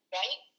right